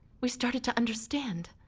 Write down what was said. we started to understand.